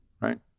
right